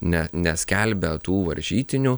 ne neskelbia tų varžytinių